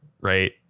right